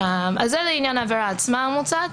זה לעניין העבירה המוצעת.